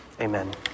Amen